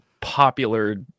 popular